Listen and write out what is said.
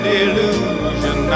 illusion